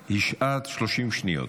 נשארו 30 שניות.